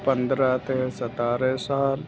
ਪੰਦਰ੍ਹਾਂ ਅਤੇ ਸਤਾਰ੍ਹਾਂ ਸਾਲ